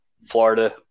Florida